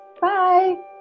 Bye